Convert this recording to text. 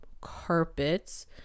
carpets